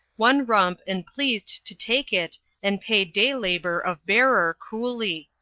one rump and pleased to take it and pay day labor of bearer coolly.